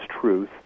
truth